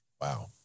Wow